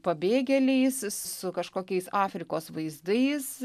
pabėgėliais su kažkokiais afrikos vaizdais